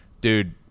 Dude